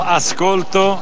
ascolto